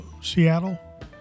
Seattle